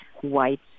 white